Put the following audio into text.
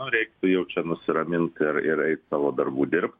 reiktų jau čia nusiramint ir ir eit savo darbų dirbt